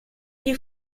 gli